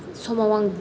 समाव आं